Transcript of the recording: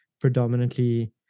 predominantly